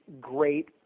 great